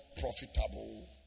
profitable